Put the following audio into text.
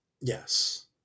Yes